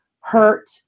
hurt